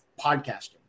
podcasting